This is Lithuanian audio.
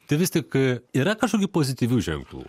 tai vis tik yra kažkokių pozityvių ženklų